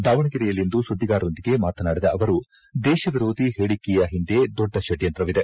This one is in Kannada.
ದಾವಣಗೆರೆಯಲ್ಲಿಂದು ಸುದ್ದಿಗಾರರೊಂದಿಗೆ ಮಾತನಾಡಿದ ಅವರು ದೇಶ ವಿರೋಧಿ ಹೇಳಿಕೆಯ ಒಂದೆ ದೊಡ್ಡ ಷಡ್ಯಂತ್ರವಿದೆ